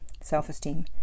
self-esteem